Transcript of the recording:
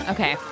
Okay